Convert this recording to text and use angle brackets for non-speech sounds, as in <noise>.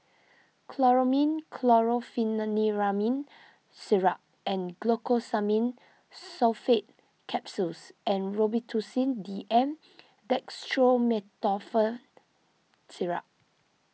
<noise> Chlormine Chlorpheniramine Syrup and Glucosamine Sulfate Capsules and Robitussin D M Dextromethorphan Syrup